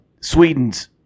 Sweden's